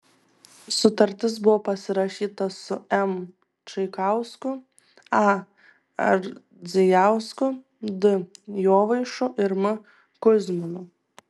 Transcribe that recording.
sutartis buvo pasirašyta su m čaikausku a ardzijausku d jovaišu ir m kuzminu